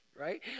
right